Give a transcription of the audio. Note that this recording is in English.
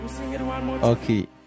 Okay